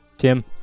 Tim